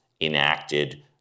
enacted